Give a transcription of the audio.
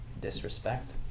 disrespect